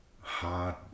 hard